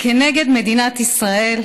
כנגד מדינת ישראל,